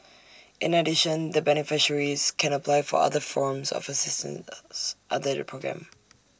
in addition the beneficiaries can apply for other forms of assistance under the programme